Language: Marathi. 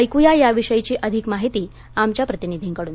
ऐकूया याविषयीची अधिक माहिती आमच्या प्रतिनिधींकडून